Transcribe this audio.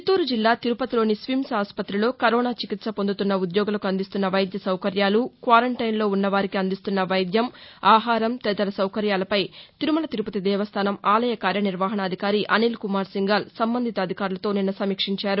చిత్తూరు జిల్లా తిరుపతిలోని స్విమ్స్ ఆసుపతిలో కరోనా చికిత్స పొందుతున్న ఉద్యోగులకు అందిస్తున్న వైద్య సౌకర్యాలు క్వారంటైన్లో ఉన్నవారికి అందిస్తున్న వైద్యం ఆహారం తదితర సౌకర్యాలపై తిరుమల తిరుపతి దేవస్థానం ఆలయ కార్య నిర్వహణాధికారి అనిల్కుమార్ సింఘాల్ సంబంధిత అధికారులతో నిన్న సమీక్షించారు